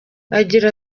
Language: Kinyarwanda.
agira